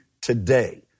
today